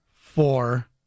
four